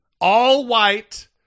All-white